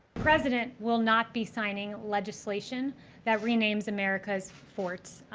president will not be signing legislation that renames america's forts.